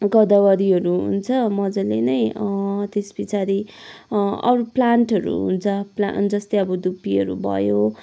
गदवरीहरू हुन्छ मजाले नै त्यसपछाडि अरू प्लान्टहरू हुन्छ जस्तै अब धुप्पीहरू भयो